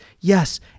yes